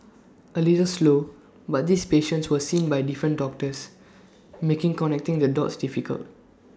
A little slow but these patients were seen by different doctors making connecting the dots difficult